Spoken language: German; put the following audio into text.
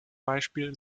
beispiel